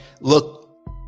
look